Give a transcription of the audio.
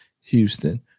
Houston